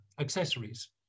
accessories